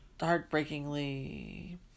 Heartbreakingly